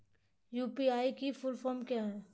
UPI की full form क्या है?